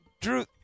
Drew